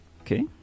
Okay